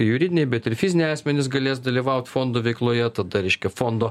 juridiniai bet ir fiziniai asmenys galės dalyvaut fondo veikloje tada reiškia fondo